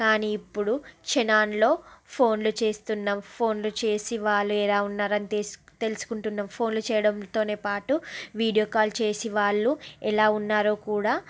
కానీ ఇప్పుడు క్షణాల్లో ఫోన్లు చేస్తున్నాం ఫోన్లు చేసి వాళ్ళు ఎలా ఉన్నారు అని తీసు తెలుసు తెలుసుకుంటున్న ఫోన్లు చేయడంతోనే పాటు వీడియో కాల్ చేసి వాళ్ళు ఎలా ఉన్నారో కూడా